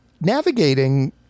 navigating